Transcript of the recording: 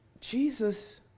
Jesus